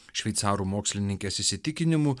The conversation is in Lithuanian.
šveicarų mokslininkės įsitikinimu